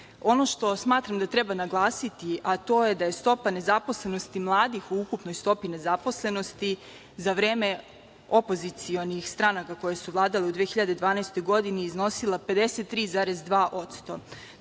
što smatram da treba naglasiti, a to je da je stopa nezaposlenosti mladih u ukupnoj stopi nezaposlenosti za vreme opozicionih stranaka koje su vladale u 2012. godini, iznosila je 53,2%,